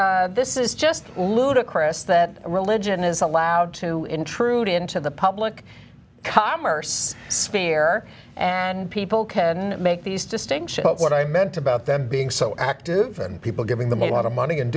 this is just ludicrous that religion is allowed to intrude into the public commerce sphere and people can make these distinctions but what i meant about them being so active and people giving them a lot of money and